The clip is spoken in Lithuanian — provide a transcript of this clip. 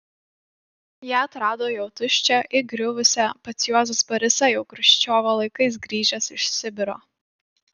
ją atrado jau tuščią įgriuvusią pats juozas barisa jau chruščiovo laikais grįžęs iš sibiro